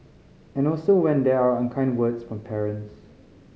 and also when there are unkind words from parents